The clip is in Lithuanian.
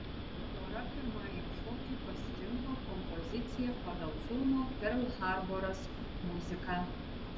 pora pirmajam šokiui pasirinko kompoziciją pagal filmo perl harboras muziką